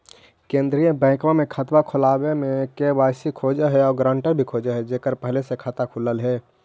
केंद्रीय बैंकवा मे खतवा खोलावे मे के.वाई.सी खोज है और ग्रांटर भी खोज है जेकर पहले से खाता खुलल है?